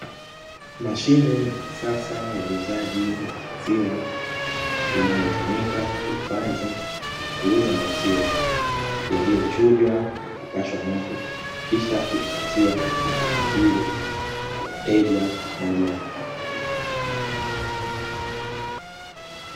Mashine ya kisasa ya uuzaji wa maziwa inayotumika kuhifadhi, kuuza maziwa yaliyochujwa na kupashwa moto kisha kuhifadhiwa kwenye jokofu hili kwa wateja moja kwa moja.